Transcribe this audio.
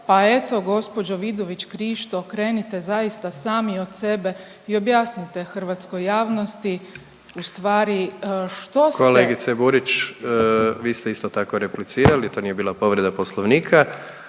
pa eto gospođo Vidović Krišto krenite zaista sami od sebe i objasnite hrvatskoj javnosti u stvari što ste. **Jandroković, Gordan (HDZ)** Kolegice Burić vi ste isto tako replicirali, to nije bila povreda Poslovnika.